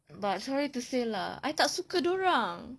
but sorry to say lah I tak suka dia orang